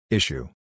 Issue